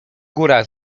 góra